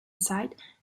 site